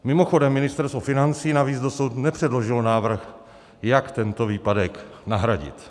Mimochodem, Ministerstvo financí navíc dosud nepředložilo návrh, jak tento výpadek nahradit.